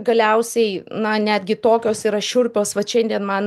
galiausiai na netgi tokios šiurpios vat šiandien man